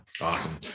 Awesome